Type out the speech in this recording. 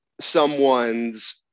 someone's